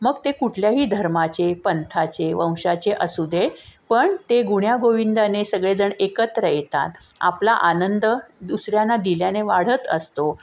मग ते कुठल्याही धर्माचे पंथाचे वंशाचे असू दे पण ते गुण्यागोविंदाने सगळेजण एकत्र येतात आपला आनंद दुसऱ्यांना दिल्याने वाढत असतो